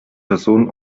personen